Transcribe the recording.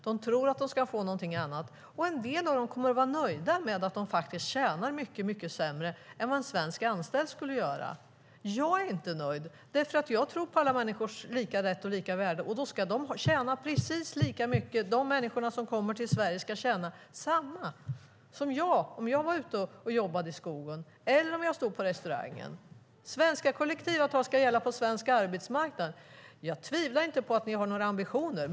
De tror att de ska få någonting annat. En del av dem kommer att vara nöjda med att de faktiskt tjänar mycket sämre än vad en svensk anställd skulle göra. Jag är inte nöjd, för jag tror på alla människors lika rätt och lika värde. Då ska de människor som kommer till Sverige tjäna precis lika mycket som jag skulle göra om jag var ute och jobbade i skogen eller om jag stod på restaurangen. Svenska kollektivavtal ska gälla på svensk arbetsmarknad. Jag tvivlar inte på att ni har några ambitioner.